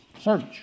Search